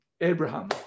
Abraham